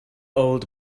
old